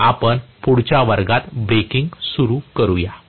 तर आपण पुढच्या वर्गात ब्रेकिंग सुरु करूया